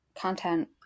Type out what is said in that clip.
content